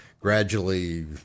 gradually